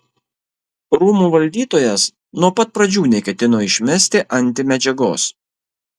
rūmų valdytojas nuo pat pradžių neketino išmesti antimedžiagos